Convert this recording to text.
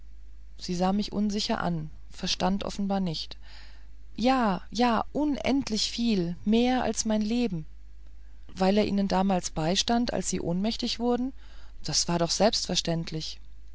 sie sah mich unsicher an verstand offenbar nicht ja ja unendlich viel mehr als mein leben weil er ihnen damals beistand als sie ohnmächtig wurden das war doch selbstverständlich